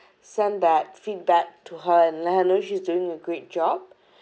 send that feedback to her and let her know she's doing a great job